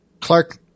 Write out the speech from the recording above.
Clark